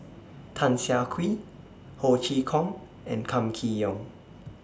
Tan Siah Kwee Ho Chee Kong and Kam Kee Yong